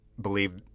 believe